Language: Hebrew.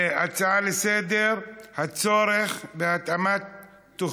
נעבור להצעה לסדר-היום בנושא: הצורך בהתאמת תוכנית